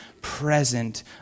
present